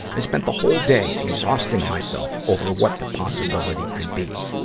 i spent the whole day exhausting myself over what the possibility could be.